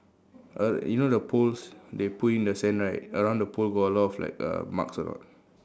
uh you know the poles they put in the sand right around the pole got a lot of like uh marks or not